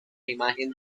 imagen